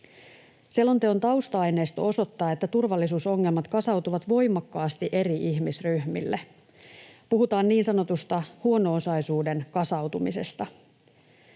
Selonteon tausta-aineisto osoittaa, että turvallisuusongelmat kasautuvat voimakkaasti eri ihmisryhmille. Puhutaan niin sanotusta huono-osaisuuden kasautumisesta.